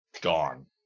gone